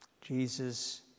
Jesus